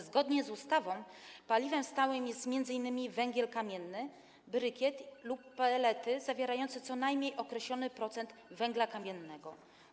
Zgodnie z ustawą paliwem stałym jest m.in. węgiel kamienny, brykiet lub pellety zawierające co najmniej określony procent węgla kamiennego.